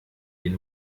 den